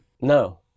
No